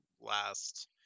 last